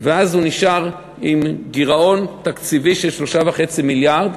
ואז הוא נשאר עם גירעון תקציבי של 3.5 מיליארד.